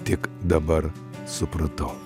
tik dabar supratau